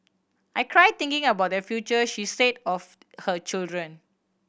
I cry thinking about their future she said of her children